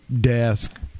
desk